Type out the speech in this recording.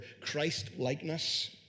Christ-likeness